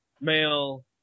male